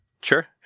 Sure